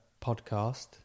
podcast